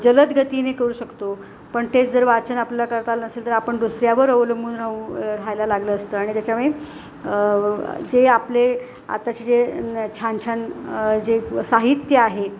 जलदगतीने करू शकतो पण तेच जर वाचन आपल्याला करता आलं नसेल तर आपण दुसऱ्यावर अवलंबून राहू राहायला लागलं असतं आणि त्याच्यामुळे जे आपले आताचे जे छान छान जे साहित्य आहे